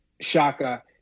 Shaka